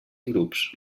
grups